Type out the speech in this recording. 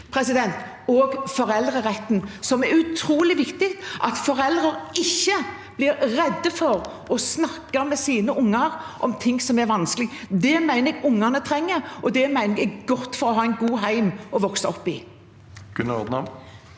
gjelder det foreldreretten, for det er utrolig viktig at foreldre ikke blir redd for å snakke med sine unger om ting som er vanskelig. Det mener jeg ungene trenger, og det mener jeg er godt for å ha et godt hjem å vokse opp i.